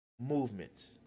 movements